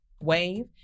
wave